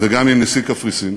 וגם עם נשיא קפריסין,